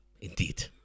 Indeed